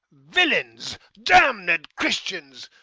villains, damned christians!